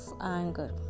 anger